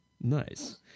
Nice